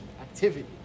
activity